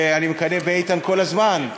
ואני מקנא באיתן כל הזמן,